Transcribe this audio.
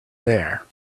there